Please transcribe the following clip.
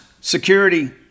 Security